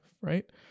Right